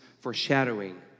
foreshadowing